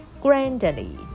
Grandly